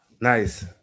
Nice